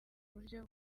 buryo